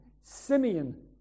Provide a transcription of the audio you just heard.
Simeon